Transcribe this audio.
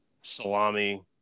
salami